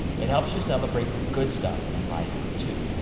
it helps you celebrate the good stuff in life, too.